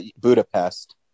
Budapest